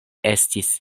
estis